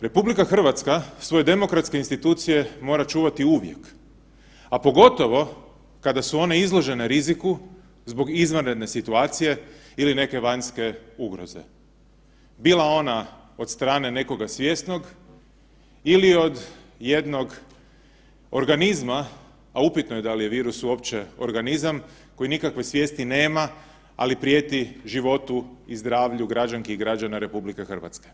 RH svoje demokratske institucije mora čuvati uvijek, a pogotovo kada su one izložene riziku zbog izvanredne situacije ili neke vanjske ugroze, bila ona od strane nekoga svjesnog ili od jednog organizma, a upitno je da li je virus uopće organizam koji nikakve svijesti nema, ali prijeti životu i zdravlju građanki i građana RH.